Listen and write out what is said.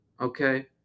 okay